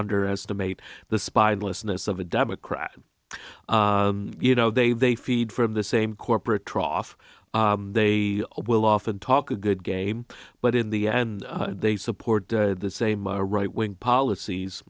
underestimate the spinelessness of a democrat you know they they feed from the same corporate trough they will often talk a good game but in the end they support the same a right wing policies